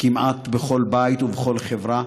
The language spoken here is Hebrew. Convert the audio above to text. כמעט בכל בית ובכל חברה.